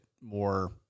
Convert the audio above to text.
more